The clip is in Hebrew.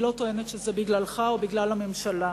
אני לא טוענת שזה בגללך או בגלל הממשלה,